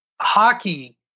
hockey